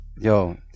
yo